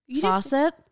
faucet